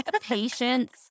patience